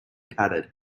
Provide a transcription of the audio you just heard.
padded